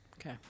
Okay